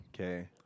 Okay